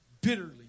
bitterly